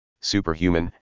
superhuman